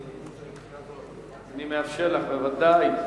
אני מאפשר לך, בוודאי.